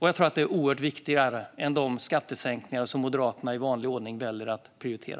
Jag tror att det är oerhört mycket viktigare än de skattesänkningar som Moderaterna i vanlig ordning väljer att prioritera.